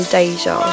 Deja